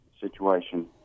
situation